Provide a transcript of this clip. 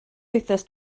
wythnos